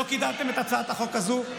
לא קידמתם את הצעת החוק הזאת,